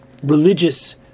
religious